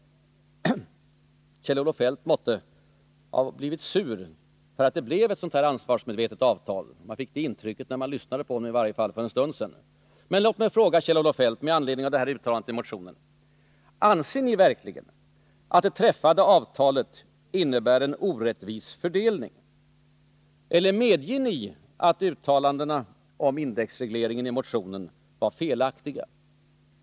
Kjell-Olof Feldt måtte ha blivit sur för att det blev ett sådant här ansvarsmedvetet avtal. Man fick i varje fall det intrycket, när man lyssnade på honom för en stund sedan. Men låt mig fråga Kjell-Olof Feldt med anledning av uttalandena i motionen: Anser ni verkligen att det träffade avtalet innebär en orättvis fördelning? Eller medger ni att uttalandena om indexregleringen i motionen var felaktiga?